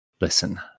Listen